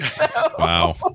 Wow